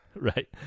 right